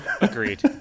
Agreed